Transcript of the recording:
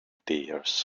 tears